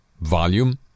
volume